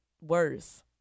worse